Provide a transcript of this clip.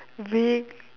weak